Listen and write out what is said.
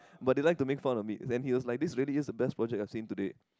but they like to make fun of me and he was like this really is the best project I've seen today